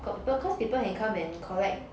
got people cause people can come and collect